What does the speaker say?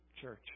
church